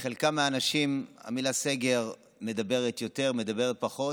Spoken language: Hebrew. לחלק מהאנשים המילה "סגר" מדברת יותר, מדברת פחות,